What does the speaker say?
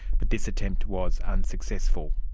but this attempt was unsuccessful.